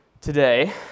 today